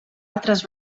altres